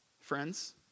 friends